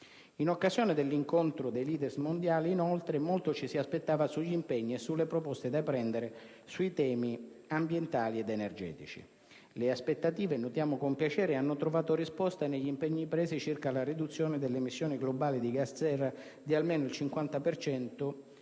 In occasione dell'incontro dei *leader* mondiali, inoltre, molto ci si aspettava sugli impegni e sulle proposte da prendere sui temi ambientali ed energetici. Le aspettative - notiamo con piacere - hanno trovato risposta negli impegni presi circa la riduzione delle emissioni globali di gas serra di almeno il 50